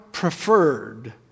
preferred